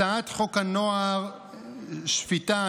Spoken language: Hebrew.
הצעת חוק הנוער (שפיטה,